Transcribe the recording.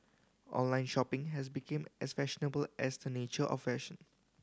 online shopping has become as fashionable as the nature of fashion